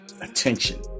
attention